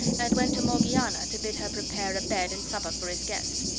and went to morgiana to bid her prepare a bed and supper for his guest.